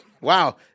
Wow